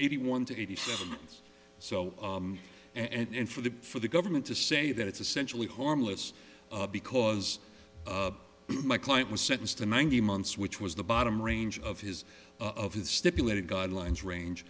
eighty one to eighty seven so and for the for the government to say that it's essentially harmless because my client was sentenced to ninety months which was the bottom range of his of his stipulated guidelines range